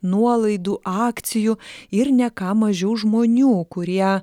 nuolaidų akcijų ir ne ką mažiau žmonių kurie